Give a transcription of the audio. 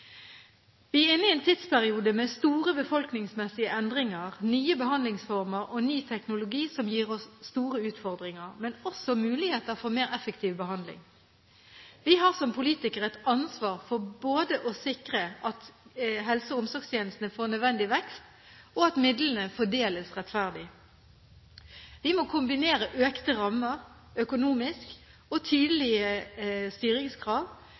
Vi er inne i en tidsperiode med store befolkningsmessige endringer, nye behandlingsformer og ny teknologi som gir oss store utfordringer, men også muligheter for mer effektiv behandling. Vi har som politikere et ansvar for å sikre både at helse- og omsorgstjenestene får nødvendig vekst, og at midlene fordeles rettferdig. Vi må kombinere økte økonomiske rammer og tydelige styringskrav